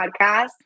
podcast